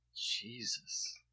Jesus